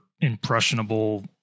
impressionable